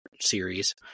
series